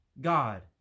God